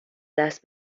دست